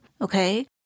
okay